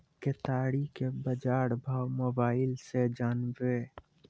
केताड़ी के बाजार भाव मोबाइल से जानवे?